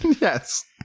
yes